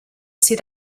set